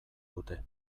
dute